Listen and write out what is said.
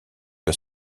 que